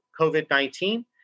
COVID-19